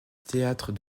théâtre